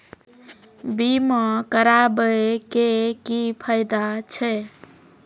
बीमा कराबै के की फायदा छै?